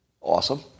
Awesome